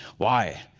why,